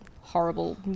horrible